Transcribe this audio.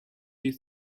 you